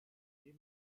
geh